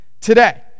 today